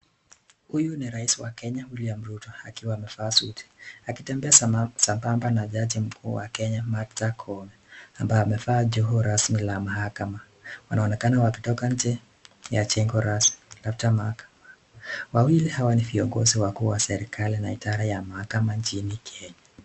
Huyu ni rais wa Kenya William Ruto akiwa amevaa suti akitembea sambamba na jaji mkuu wa Kenya Martha Koome ambaye amevaa joho rasmi ya mahakama, wanaonekana wakitoka nje ya jengo rasmi labda mahakama. Wawili hawa ni viongozi wakuu wa serikali na idara ya mahakama nchini Kenya.